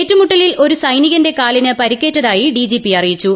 ഏറ്റുമുട്ടലിൽ ഒരു സൈനികന്റെ കാലിന് പരിക്കേറ്റതായി ഡി ജി പി അറിയിച്ചു